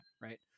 Right